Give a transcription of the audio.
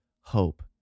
hope